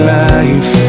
life